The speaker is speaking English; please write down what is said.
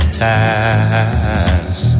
ties